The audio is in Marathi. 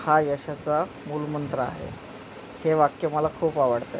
हा यशाचा मूलमंत्र आहे हे वाक्य मला खूप आवडतं